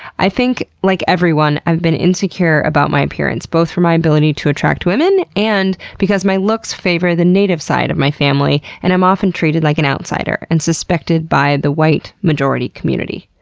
i think, like everyone, i've been insecure about my appearance both for my ability to attract women and because my looks favor the native side of my family, and i'm often treated like an outsider and suspected by the white majority community.